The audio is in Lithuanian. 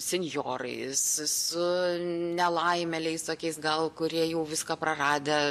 senjorais su nelaimėliais visokiais gal kurie jau viską praradę